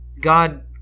God